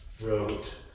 wrote